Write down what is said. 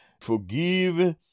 forgive